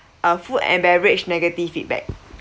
uh food and beverage negative feedback